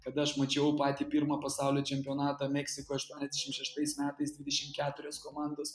kada aš mačiau patį pirmą pasaulio čempionatą meksikoj aštuoniasdešim šeštais metais dvidešim keturios komandos